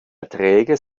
erträge